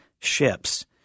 ships